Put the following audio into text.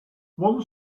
one